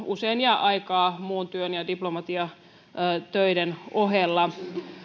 usein jää aikaa muun työn ja diplomatiatöiden ohella